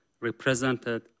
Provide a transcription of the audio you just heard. represented